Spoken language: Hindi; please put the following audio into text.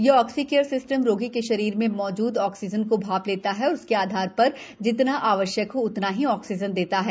यह ऑक्सीकेयर सिस्टम रोगी के शरीर में मौजूद ऑक्सीजन को भाप लेता है और उसके आधार पर जितना आवश्यक हो उतना ही ऑक्सीजन देता है